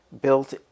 built